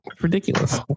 Ridiculous